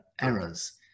errors